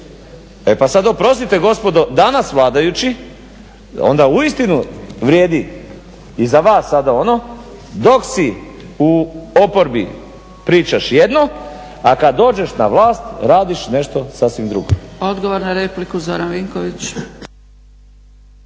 E pa sad oprostite gospodo danas vladajući, onda uistinu vrijedi i za vas sada ono, dok si u oporbi pričaš jedno, a kad dođeš na vlast radiš nešto sasvim drugo. **Zgrebec, Dragica